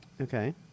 Okay